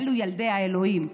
אלו ילדי האלוהים.